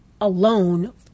alone